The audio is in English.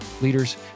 Leaders